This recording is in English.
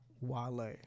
Wale